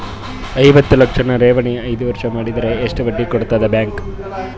ಐವತ್ತು ಲಕ್ಷ ಠೇವಣಿ ಐದು ವರ್ಷ ಮಾಡಿದರ ಎಷ್ಟ ಬಡ್ಡಿ ಕೊಡತದ ಬ್ಯಾಂಕ್?